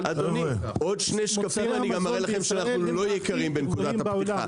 עוד שני שקפים ואני אראה לכם שאנחנו לא יקרים בנקודת הפתיחה.